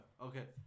okay